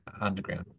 underground